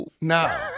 no